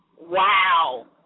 Wow